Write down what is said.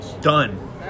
Done